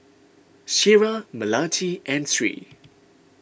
Syirah Melati and Sri